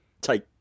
Take